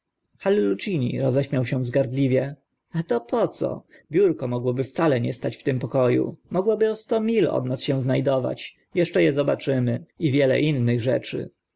hallucini roześmiał się wzgardliwie a to po co biurko mogłoby wcale nie stać w tym poko u mogłoby o sto mil od nas się zna dować eszcze e zobaczymy i wiele innych rzeczy